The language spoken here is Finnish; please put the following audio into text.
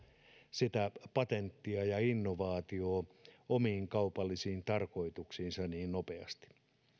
sitä patenttia ja innovaatiota omiin kaupallisiin tarkoituksiinsa niin nopeasti